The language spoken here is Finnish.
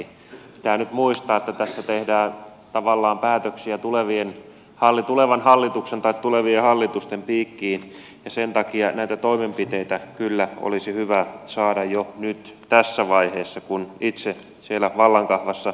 pitää nyt muistaa että tässä tehdään tavallaan päätöksiä tulevan hallituksen tai tulevien hallitusten piikkiin ja sen takia näitä toimenpiteitä kyllä olisi hyvä saada jo nyt tässä vaiheessa kun itse siellä vallan kahvassa ollaan